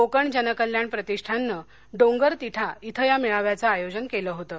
कोकण जनकल्याण प्रतिष्ठाननं डोंगर तिठा इथं या मेळाव्याचं आयोजन केलं होतं